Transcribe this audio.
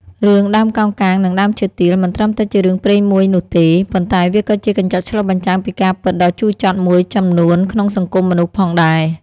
រឿង "ដើមកោងកាងនិងដើមឈើទាល" មិនត្រឹមតែជារឿងព្រេងមួយនោះទេ ប៉ុន្តែវាក៏ជាកញ្ចក់ឆ្លុះបញ្ចាំងពីការពិតដ៏ជូរចត់មួយចំនួនក្នុងសង្គមមនុស្សផងដែរ។